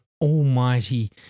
almighty